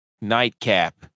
nightcap